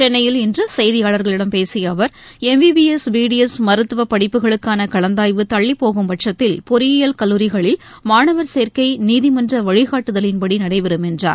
சென்னையில் இன்றுசெய்தியாளர்களிடம் பேசியஅவர் எம்பிபிஎஸ் பிடிஎஸ் மருத்துவபடிப்புகளுக்கானகலந்தாய்வு தள்ளிப்போகும்பட்சத்தில் பொறியியல் கல்லூரிகளில் மாணவர் சேர்க்கைநீதிமன்றவழிகாட்டுதலின்படிநடைபெறும் என்றார்